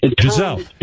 Giselle